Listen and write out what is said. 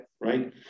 right